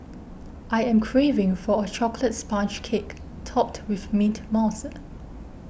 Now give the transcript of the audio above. I am craving for a Chocolate Sponge Cake Topped with Mint Mousse